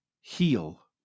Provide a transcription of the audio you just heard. heal